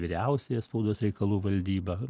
vyriausiąją spaudos reikalų valdybą